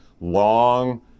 long